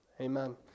Amen